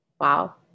Wow